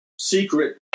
secret